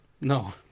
No